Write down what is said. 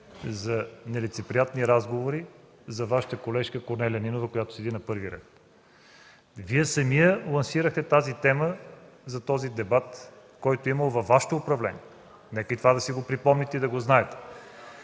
за нелицеприятни разговори за Вашата колежка Корнелия Нинова, която седи на първия ред. Вие самият лансирахте тази тема – този дебат, който е имало във Вашето управление. Нека и това да си го припомните – да го знаете.